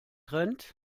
trend